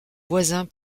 voisins